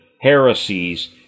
heresies